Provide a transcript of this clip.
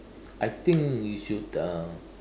I think you should uh